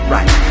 Right